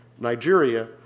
Nigeria